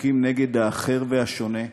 חוקים נגד האחר והשונה,